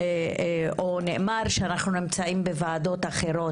נאמר שאנחנו נמצאים בוועדות אחרות.